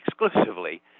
exclusively